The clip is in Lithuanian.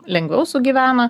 lengviau sugyvena